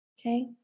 Okay